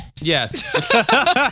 Yes